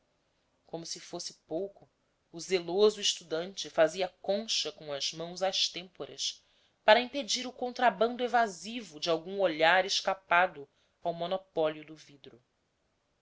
como se fosse pouco o zeloso estudante fazia concha com as mãos às têmporas para impedir o contrabando evasivo de algum olhar escapado ao monopólio do vidro